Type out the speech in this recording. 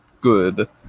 good